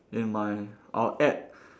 in my I'll add